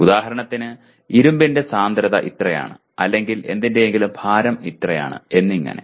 ഉദാഹരണത്തിന് ഇരുമ്പിന്റെ സാന്ദ്രത ഇത്രയാണ് അല്ലെങ്കിൽ എന്തിന്റെയെങ്കിലും ഭാരം ഇത്രയാണ് എന്നിങ്ങനെ